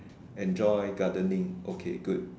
enjoy gardening okay good